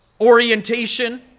Orientation